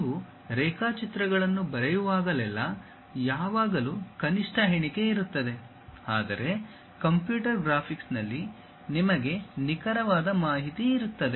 ನೀವು ರೇಖಾಚಿತ್ರಗಳನ್ನು ಬರೆಯುವಾಗಲೆಲ್ಲಾ ಯಾವಾಗಲೂ ಕನಿಷ್ಠ ಎಣಿಕೆ ಇರುತ್ತದೆ ಆದರೆ ಕಂಪ್ಯೂಟರ್ ಗ್ರಾಫಿಕ್ಸ್ನಲ್ಲಿ ನಿಮಗೆ ನಿಖರವಾದ ಮಾಹಿತಿ ಇರುತ್ತದೆ